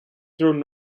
through